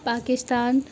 Pakistan